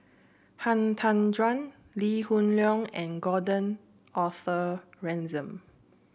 Han Tan Juan Lee Hoon Leong and Gordon Arthur Ransome